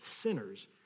sinners